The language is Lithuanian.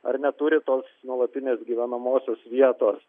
ar neturi tos nuolatinės gyvenamosios vietos